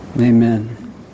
amen